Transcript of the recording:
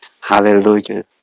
Hallelujah